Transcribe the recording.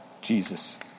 Jesus